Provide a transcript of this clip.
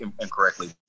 incorrectly